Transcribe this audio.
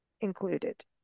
included